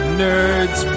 nerds